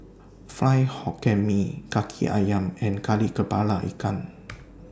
Fried Hokkien Mee Kaki Ayam and Kari Kepala Ikan